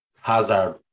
Hazard